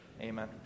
Amen